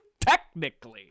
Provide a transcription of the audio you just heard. Technically